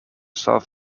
south